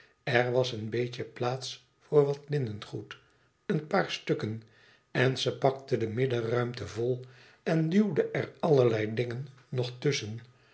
er was een beetje plaats voor wat linnengoed een paar stukken en ze pakte de midden ruimte vol en duwde er allerlei dingen nog tusschen